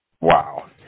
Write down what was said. Wow